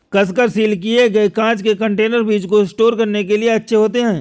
कसकर सील किए गए कांच के कंटेनर बीज को स्टोर करने के लिए अच्छे होते हैं